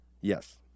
Yes